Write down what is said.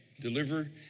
deliver